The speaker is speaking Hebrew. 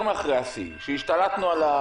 שהשתלטנו.